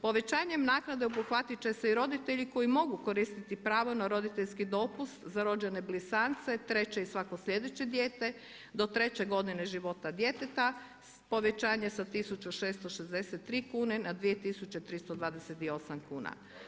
Povećanjem naknade obuhvatit će se i roditelji koji mogu koristiti pravo na roditeljski dopust za rođene blizance treće i svako slijedeće dijete do treće godine života djeteta povećanje sa 1663 kune na 2328 kuna.